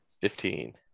fifteen